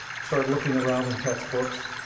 started looking around in textbooks,